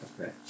Okay